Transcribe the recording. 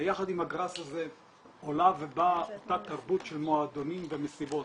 ויחד עם הגראס הזה עולה ובאה אותה תרבות של מועדונים ומסיבות.